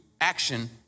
action